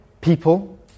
people